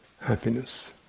happiness